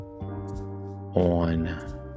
on